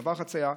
מעבר חציה,